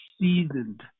seasoned